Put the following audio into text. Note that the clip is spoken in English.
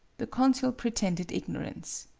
the consul pretended ignorance.